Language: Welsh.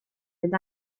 fynd